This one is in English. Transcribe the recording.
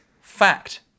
fact